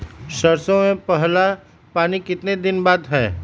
सरसों में पहला पानी कितने दिन बाद है?